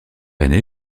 aîné